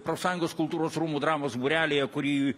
profsąjungos kultūros rūmų dramos būrelyje kurį